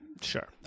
Sure